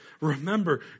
Remember